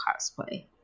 cosplay